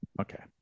Okay